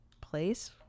place